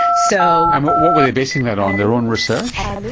so um what what were they basing that on their own research?